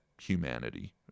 humanity